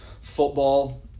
football